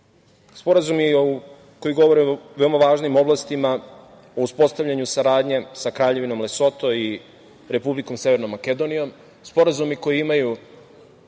sporazumi koji govore o veoma važnim oblastima u uspostavljanju saradnje sa Kraljevinom Lesoto i Republikom Severnom Makedonijom, sporazumi koji imaju